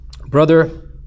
brother